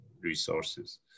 resources